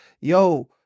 yo